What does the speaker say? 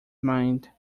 mind